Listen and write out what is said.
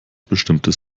bestimmtes